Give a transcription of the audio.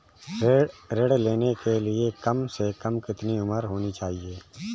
ऋण लेने के लिए कम से कम कितनी उम्र होनी चाहिए?